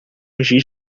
giz